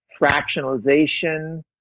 fractionalization